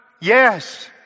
Yes